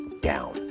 down